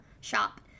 shop